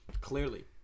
Clearly